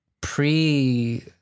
pre